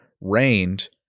reigned